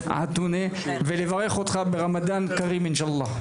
עטאונה ולברך אותך ברמדאן כרים אינשאללה.